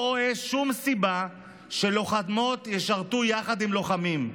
רואה שום סיבה שלוחמות ישרתו יחד עם לוחמים.